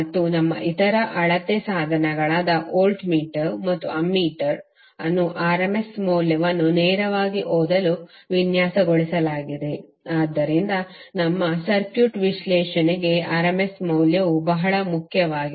ಮತ್ತು ನಮ್ಮ ಇತರ ಅಳತೆ ಸಾಧನಗಳಾದ ವೋಲ್ಟ್ಮೀಟರ್ ಮತ್ತು ಆಮ್ಮೀಟರ್ ಅನ್ನು rms ಮೌಲ್ಯವನ್ನು ನೇರವಾಗಿ ಓದಲು ವಿನ್ಯಾಸಗೊಳಿಸಲಾಗಿದೆ ಆದ್ದರಿಂದ ನಮ್ಮ ಸರ್ಕ್ಯೂಟ್ ವಿಶ್ಲೇಷಣೆಗೆ rms ಮೌಲ್ಯವು ಬಹಳ ಮುಖ್ಯವಾಗಿದೆ